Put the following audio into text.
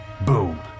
boom